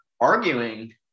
arguing